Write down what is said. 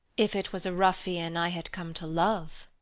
if it was a ruffian i had come to love